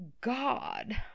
God